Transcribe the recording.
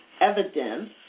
evidence